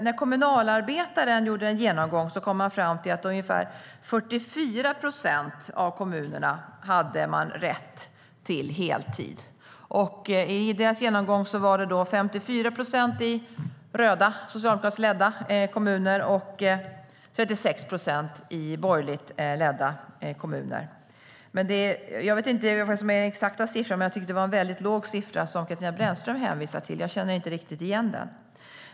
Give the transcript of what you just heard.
När Kommunalarbetaren gjorde en genomgång kom tidningen fram till att man i ungefär 44 procent av kommunerna hade rätt till heltid. I den genomgången var det 54 procent i röda, socialdemokratiskt ledda kommuner och 36 procent i borgerligt ledda kommuner. Jag vet inte vad som är den exakta siffran, men jag tycker att siffran som Katarina Brännström hänvisade till är väldigt låg. Jag känner inte riktigt igen den.